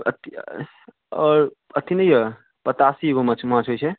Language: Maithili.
अथी अ आओर अथी नहि यए पतासी एगो माँछ माँछ होइ छै